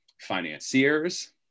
financiers